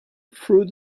through